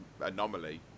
anomaly